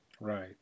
Right